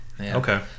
Okay